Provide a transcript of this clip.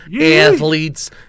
athletes